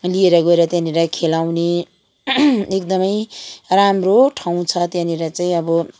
लिएर गएर त्यहाँनिर खेलाउने एकदमै राम्रो ठाउँ छ त्यहाँनिर चाहिँ अब